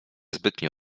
zbytnio